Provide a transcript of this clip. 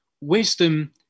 wisdom